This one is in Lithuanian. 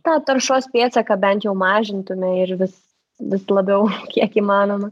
tą taršos pėdsaką bent jau mažintume ir vis vis labiau kiek įmanoma